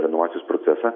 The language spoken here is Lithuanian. renovacijos procesą